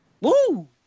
Woo